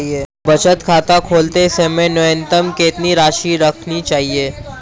बचत खाता खोलते समय न्यूनतम कितनी राशि रखनी चाहिए?